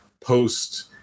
post